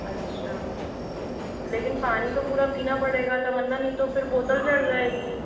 अच्छा लेकिन पानी तो पूरा पीना पड़ेगा तमन्ना नहीं तो फिर बोतल चढ़ जाएगी